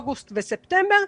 אוגוסט וספטמבר,